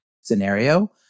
scenario